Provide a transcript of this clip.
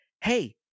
hey